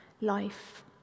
life